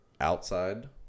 outside